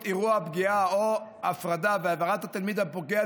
אירוע פגיעה הוא הפרדה בהעברת התלמיד הפוגע,